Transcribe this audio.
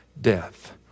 death